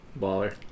baller